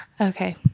Okay